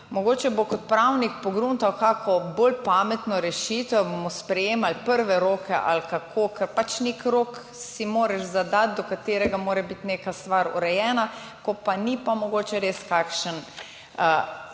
Mogoče bo kot pravnik pogruntal kako bolj pametno rešitev, bomo sprejemali prve roke ali kako, ker pač nek rok si moraš zadati, do katerega mora biti neka stvar urejena, ko pa ni, pa mogoče res kakšna